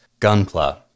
Gunpla